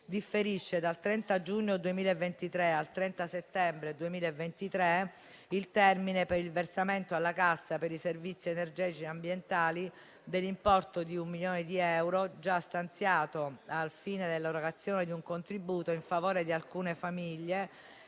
differisce dal 30 giugno 2023 al 30 settembre 2023 il termine per il versamento alla Cassa per i servizi energetici e ambientali dell'importo di un milione di euro, già stanziato al fine dell'erogazione di un contributo in favore di alcune famiglie